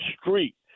street